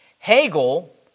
Hegel